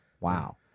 Wow